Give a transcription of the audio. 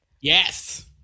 Yes